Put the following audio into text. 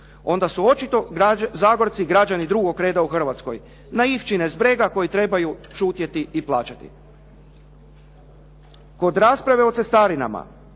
onda su očito Zagorci građani drugog reda u Hrvatskoj. Naivčine s brega koje trebaju šutjeti i plaćati. Kod rasprave o cestarinama